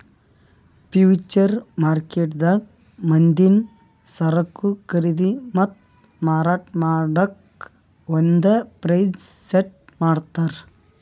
future ಮಾರ್ಕೆಟ್ದಾಗ್ ಮುಂದಿನ್ ಸರಕು ಖರೀದಿ ಮತ್ತ್ ಮಾರಾಟ್ ಮಾಡಕ್ಕ್ ಒಂದ್ ಪ್ರೈಸ್ ಸೆಟ್ ಮಾಡ್ತರ್